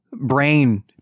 brain